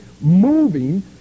moving